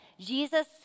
Jesus